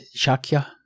Shakya